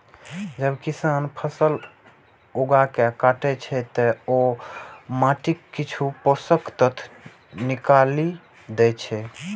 जब किसान फसल उगाके काटै छै, ते ओ माटिक किछु पोषक तत्व निकालि दै छै